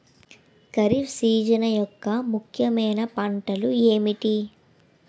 Kharif season యెక్క ముఖ్యమైన పంటలు ఏమిటీ?